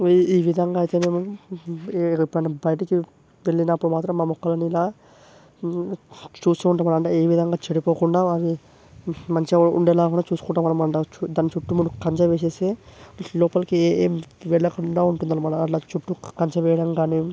ఈ ఈ విధంగా అయితే మేము ఏ రూపాన బయటకి వెళ్ళినపుడు మాత్రం మా మొక్కలనిలా చూస్తూ ఉండమంటాం ఏ విధంగా చెడిపోకుండా మంచిగా ఉండేలాగా చూసుకుంటామన్నమాట దాని చుట్టూ మనకి కంచె వేసేస్తే లోపలకి ఏం వెళ్ళకుండా ఉంటుందన్నమాట అలా చుట్టూ కంచె వేయడం కాని